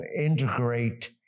integrate